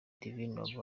divine